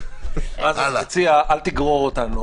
רז, אני מציע שלא תגרור אותנו.